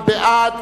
מי בעד?